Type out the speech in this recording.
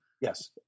Yes